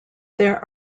there